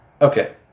Okay